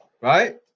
right